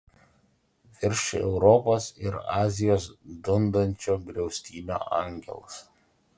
virš europos ir azijos dundančio griaustinio angelas